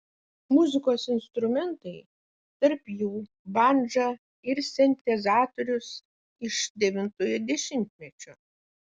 muzikos instrumentai tarp jų bandža ir sintezatorius iš devintojo dešimtmečio